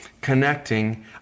connecting